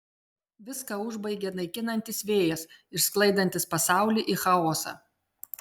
viską užbaigia naikinantis vėjas išsklaidantis pasaulį į chaosą